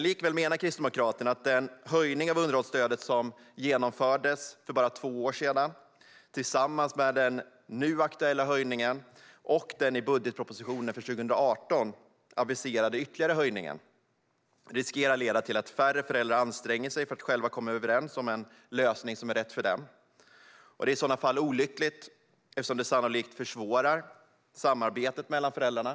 Likväl menar Kristdemokraterna att den höjning av underhållsstödet som genomfördes för bara två år sedan, tillsammans med den nu aktuella höjningen och den i budgetpropositionen för 2018 aviserade ytterligare höjningen, riskerar att leda till att färre föräldrar anstränger sig för att själva komma överens om en lösning som är rätt för dem. Det är i sådana fall olyckligt eftersom det sannolikt försvårar samarbetet mellan föräldrarna.